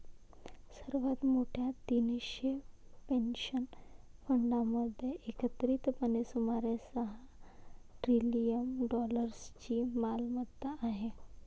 सर्वात मोठ्या तीनशे पेन्शन फंडांमध्ये एकत्रितपणे सुमारे सहा ट्रिलियन डॉलर्सची मालमत्ता आहे